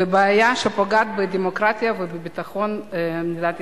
לבעיה שפוגעת בדמוקרטיה ובביטחון מדינת ישראל,